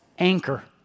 anchor